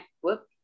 whoop